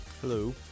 Hello